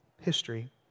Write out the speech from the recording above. history